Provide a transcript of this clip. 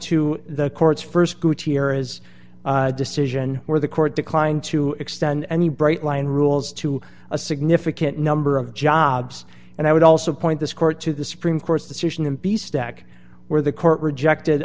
to the courts st here is a decision where the court declined to extend any bright line rules to a significant number of jobs and i would also point this court to the supreme court's decision in peace stack where the court rejected